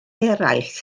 eraill